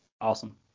Awesome